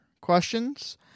questions